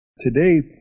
Today